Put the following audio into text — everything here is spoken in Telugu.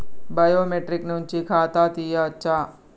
బయోమెట్రిక్ నుంచి ఖాతా తీయచ్చా?